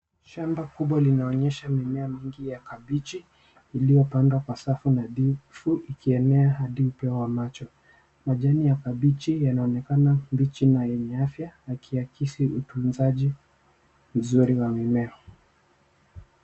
Shamba kubwa linaonyesha mimea mingi ya kabichi iliyopandwa kwa safu nadhifu ikienea hadi upeo wa macho. Majani ya kabichi yanaonekana mbichi na yenye afya yakiakisi utunzaji mzuri wa mimea.